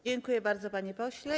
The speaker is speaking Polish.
Dziękuję bardzo, panie pośle.